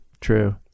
true